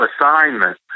assignment